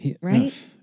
Right